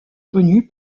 connu